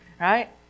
Right